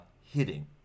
hitting